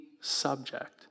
subject